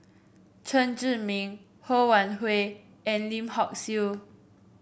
Chen Zhiming Ho Wan Hui and Lim Hock Siew